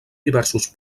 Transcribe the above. diversos